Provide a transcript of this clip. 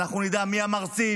אנחנו נדע מי המרצים,